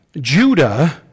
Judah